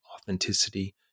authenticity